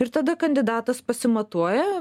ir tada kandidatas pasimatuoja